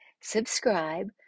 Subscribe